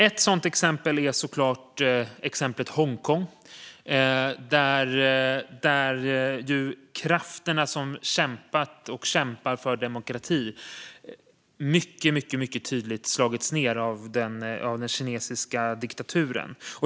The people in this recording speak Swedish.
Ett sådant exempel är såklart Hongkong, där krafterna som kämpat och kämpar för demokrati mycket, mycket tydligt slagits ned av den kinesiska diktaturen.